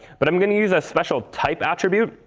but i'm going to use a special type attribute.